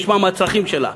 נשמע מה הצרכים שלה,